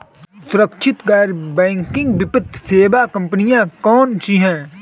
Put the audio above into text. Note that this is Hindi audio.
सुरक्षित गैर बैंकिंग वित्त सेवा कंपनियां कौनसी हैं?